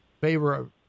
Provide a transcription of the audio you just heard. favor